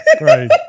Right